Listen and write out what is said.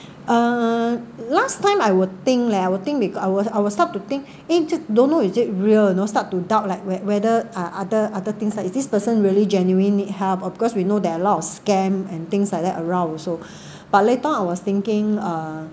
uh last time I will think leh I will think with I will I will stop to think eh j~ don't know is it real you know start to doubt like wet~ weather uh other other things like is this person really genuine need help of course we know there are lot of scam and things like that around also but later on I was thinking uh